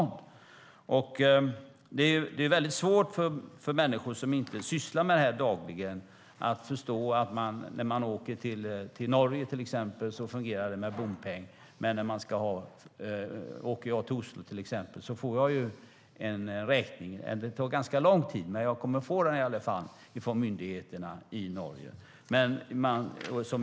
Det är svårt för människor som inte sysslar med detta dagligen att förstå att bompengen i Norge fungerar, och när jag åker till Oslo får jag för mitt utländska fordon en räkning. Det tar lång tid, men jag får den från myndigheterna i Norge.